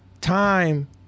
time